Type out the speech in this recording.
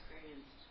experienced